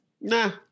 Nah